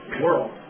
world